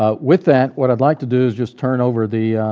ah with that, what i'd like to do is just turn over the